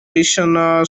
regional